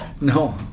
No